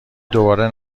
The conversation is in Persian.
دوباره